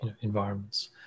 environments